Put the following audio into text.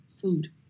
food